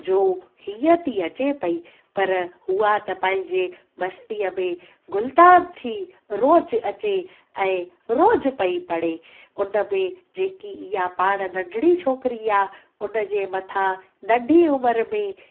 जो हीअं थी अचे पई पर हुअ त पंहिंजे मस्तीअ में गुलताब थी रोज़ु अचे ऐं रोज़ु पई पढ़े उन में जेकी इहा पाण नंढड़ी छोकिरी आहे उन जे मथां नंढी उमिरि में